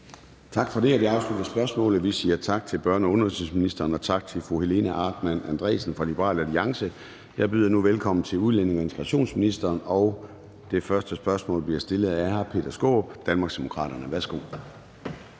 Tak for det. Vi afslutter spørgsmålet. Vi siger tak til børne- og undervisningsministeren og tak til fru Helena Artmann Andresen fra Liberal Alliance. Jeg byder nu velkommen til udlændinge- og integrationsministeren, og det første spørgsmål bliver stillet af hr. Peter Skaarup, Danmarksdemokraterne. Kl.